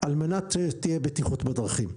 על מנת שתהיה בטיחות בדרכים.